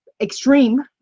extreme